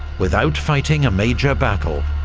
without fighting a major battle,